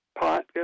pot